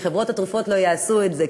כי חברות התרופות לא יעשו את זה,